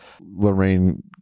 lorraine